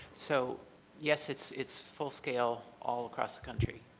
so yes, it's it's full scale all across the country.